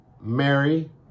Mary